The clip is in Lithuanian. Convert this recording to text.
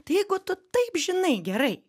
tai jeigu tu taip žinai gerai